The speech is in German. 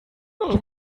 nach